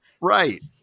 right